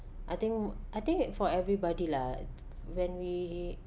I think I think it for everybody lah when we